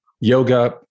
yoga